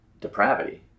depravity